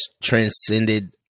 transcended